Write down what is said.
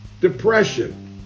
depression